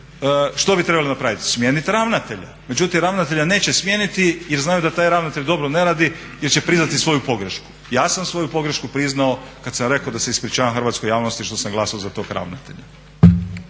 što bi trebali napraviti? Smijeniti ravnatelja. Međutim, ravnatelja neće smijeniti, jer znaju da taj ravnatelj dobro ne radi, jer će priznati svoju pogrešku. Ja sam svoju pogrešku priznao kad sam rekao da se ispričavam hrvatskoj javnosti što sam glasao za tog ravnatelja.